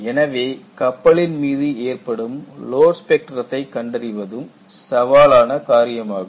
எனவே கப்பலின் மீது ஏற்படும் லோட் ஸ்பெக்ட்ரத்தை கண்டறிவதும் சவாலான காரியமாகும்